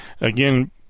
again